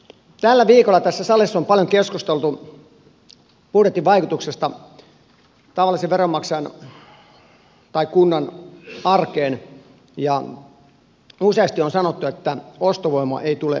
tällä viikolla tässä salissa on paljon keskusteltu budjetin vaikutuksesta tavallisen veronmaksajan tai kunnan arkeen ja useasti on sanottu että ostovoima ei tule juurikaan heikkenemään